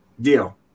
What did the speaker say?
deal